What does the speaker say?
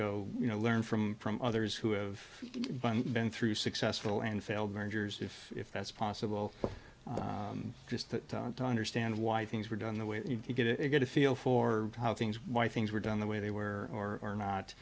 go you know learn from others who have been through successful and failed mergers if that's possible but just to understand why things were done the way you get it you get a feel for how things why things were done the way they were or